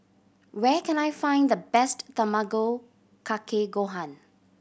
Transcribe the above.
where can I find the best Tamago Kake Gohan